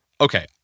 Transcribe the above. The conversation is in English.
okay